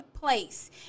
place